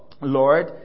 Lord